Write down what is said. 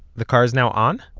the car is now on?